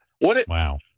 Wow